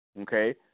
okay